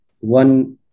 one